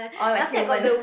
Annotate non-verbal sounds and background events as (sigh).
orh like human (laughs)